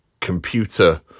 computer